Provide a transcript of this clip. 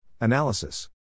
Analysis